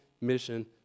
mission